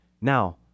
Now